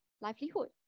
livelihood